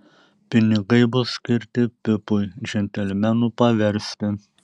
pinigai bus skirti pipui džentelmenu paversti